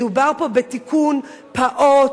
מדובר פה בתיקון פעוט,